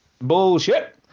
bullshit